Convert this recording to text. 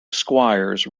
squires